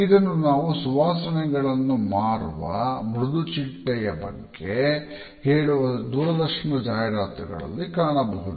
ಇದನ್ನು ನಾವು ಸುವಾಸನೆಗಳನ್ನು ಮಾರುವ ಮೃದು ಬಟ್ಟೆಯ ಬಗ್ಗೆ ಹೇಳುವ ದೂರದರ್ಶನದ ಜಾಹೀರಾತುಗಳಲ್ಲಿ ಕಾಣಬಹುದು